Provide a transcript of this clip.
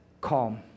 calm